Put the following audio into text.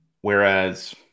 Whereas